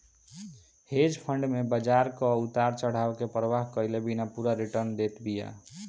hedge fund में बाजार कअ उतार चढ़ाव के परवाह कईले बिना पूरा रिटर्न देत बिया